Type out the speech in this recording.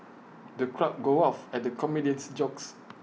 the crowd guffawed at the comedian's jokes